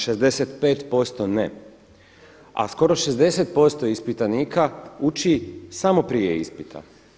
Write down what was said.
65% ne, a skoro 60% ispitanika uči samo prije ispita.